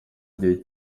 gihe